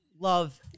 love